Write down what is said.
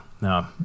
no